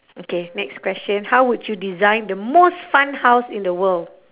okay next question how would you design the most fun house in the world